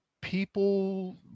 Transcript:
People